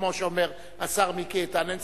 כמו שאומר השר מיקי איתן,